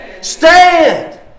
Stand